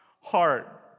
heart